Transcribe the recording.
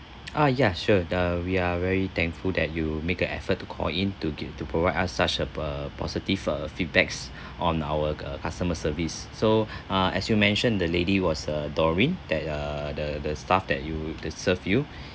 ah ya sure uh we are very thankful that you make a effort to call in to gi~ to provide us such a p~ uh positive uh feedbacks on our c~ uh customer service so uh as you mentioned the lady was uh doreen that uh the the staff that you that served you